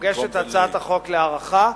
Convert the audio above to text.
מוגשת הצעת החוק להארכה.